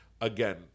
again